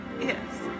Yes